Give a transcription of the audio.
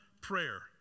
prayer